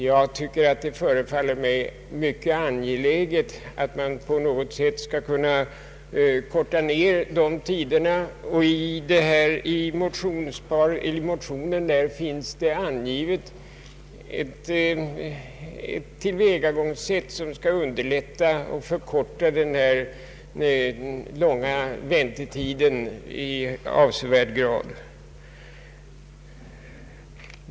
Det förefaller mig mycket angeläget att på något sätt korta ned dessa tider, och i motionen anges ett tillvägagångssätt som i avsevärd grad skulle förkorta de långa väntetiderna.